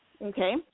Okay